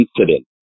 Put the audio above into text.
incident